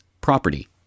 property